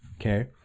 okay